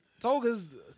Toga's